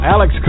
Alex